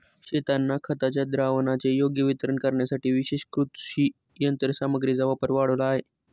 शेतांना खताच्या द्रावणाचे योग्य वितरण करण्यासाठी विशेष कृषी यंत्रसामग्रीचा वापर वाढला आहे